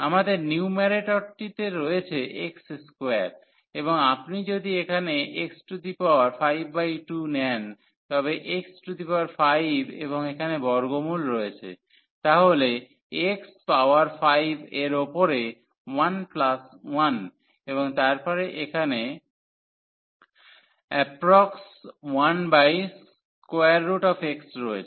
আমাদের নিউম্যারেটরটিতে রয়েছে x2 এবং আপনি যদি এখানে x52 নেন তবে x5 এবং এখানে বর্গমূল রয়েছে তাহলে x পাওয়ার 5 এর উপরে 1 প্লাস 1 এবং তারপরে এখানে 1x রয়েছে